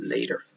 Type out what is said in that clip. Later